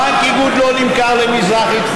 בנק איגוד לא נמכר למזרחי-טפחות,